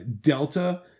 Delta